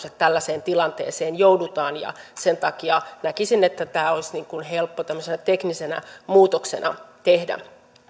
että tällaiseen tilanteeseen joudutaan ja sen takia näkisin että tämä olisi helppo tämmöisenä teknisenä muutoksena tehdä